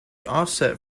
offset